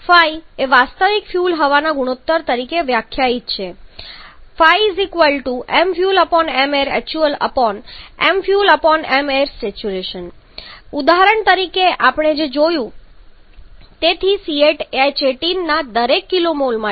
ϕ એ વાસ્તવિક ફ્યુઅલ હવા ગુણોત્તર તરીકે વ્યાખ્યાયિત થયેલ છે mfuelmair actualmfuelmair stoi ઉદાહરણ તરીકે જે આપણે ત્યાં જોયું છે તેથી C8H18 ના દરેક kmol માટે 12